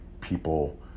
people